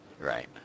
Right